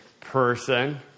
person